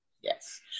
Yes